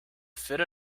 fit